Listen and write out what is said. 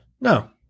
No